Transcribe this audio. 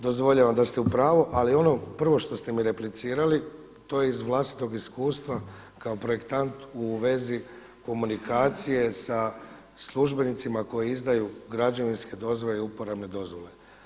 Dozvoljavam da ste u pravu ali ono prvo što ste mi replicirali, to iz vlastitog iskustva kao projektant u vezi komunikacije sa službenicima koji izdaju građevinske dozvole i uporabne dozvole.